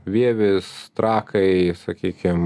vievis trakai sakykim